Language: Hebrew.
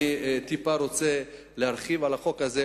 אני טיפה רוצה להרחיב על החוק הזה,